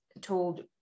told